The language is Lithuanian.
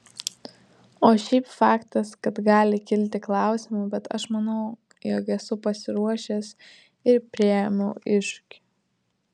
o šiaip faktas kad gali kilti klausimų bet aš manau jog esu pasiruošęs ir priėmiau iššūkį